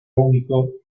único